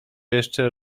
jeszcze